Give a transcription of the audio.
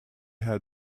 had